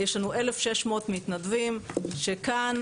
יש לנו 1,600 מתנדבים שכאן,